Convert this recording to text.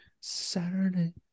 Saturday